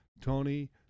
Tony